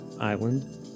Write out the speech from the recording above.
island